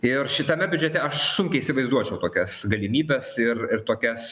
ir šitame biudžete aš sunkiai įsivaizduočiau tokias galimybes ir ir tokias